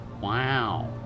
Wow